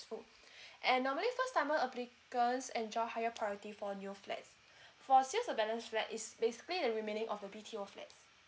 and normally first timer applicant enjoys higher priority for new flats for sales of balance flat is basically the remaining of a B_T_O flat